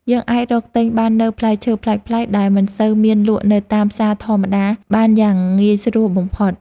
យើងអាចរកទិញបាននូវផ្លែឈើប្លែកៗដែលមិនសូវមានលក់នៅតាមផ្សារធម្មតាបានយ៉ាងងាយស្រួលបំផុត។